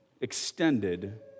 extended